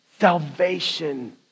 Salvation